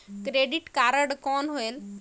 Credit card कौन होएल?